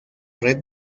red